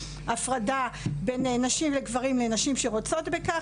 הפרדה בין גברים לנשים שרוצות בכך.